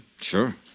Sure